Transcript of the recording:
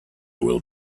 will